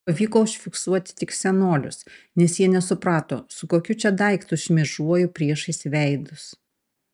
pavyko užfiksuoti tik senolius nes jie nesuprato su kokiu čia daiktu šmėžuoju priešais veidus